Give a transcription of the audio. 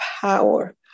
power